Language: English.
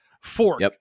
Fork